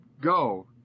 Go